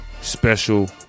special